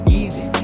easy